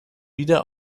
wieder